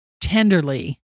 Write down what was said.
tenderly